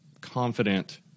confident